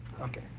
Okay